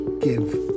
give